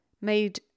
made